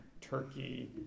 Turkey